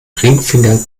ringfinger